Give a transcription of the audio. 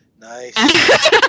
Nice